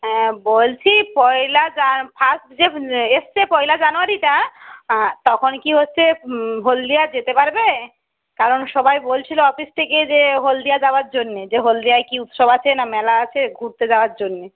হ্যাঁ বলছি পয়লা ফার্স্ট যে এসছে পয়লা জানোয়ারিটা তখন কি হচ্ছে হলদিয়া যেতে পারবে কারণ সবাই বলছিলো অফিস থেকে যে হলদিয়া যাওয়ার জন্যে যে হলদিয়ায় কি উৎসব আছে না মেলা আছে ঘুরতে যাওয়ার জন্যে